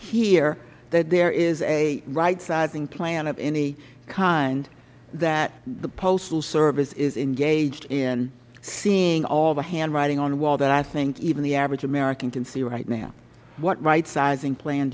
hear that there is a right sizing plan of any kind that the postal service is engaged in seeing all the handwriting on the wall that i think even the average american can see right now what right sizing plan